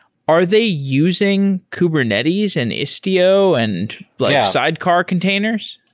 are they using kubernetes and istio and like sidecar containers?